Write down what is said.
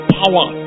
power